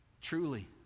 truly